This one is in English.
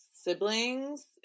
siblings